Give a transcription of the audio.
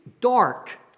dark